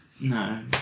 No